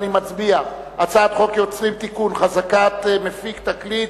הצעת חוק זכות יוצרים (תיקון, חזקת מפיק תקליט),